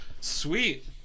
Sweet